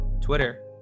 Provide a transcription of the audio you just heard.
Twitter